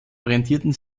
orientierten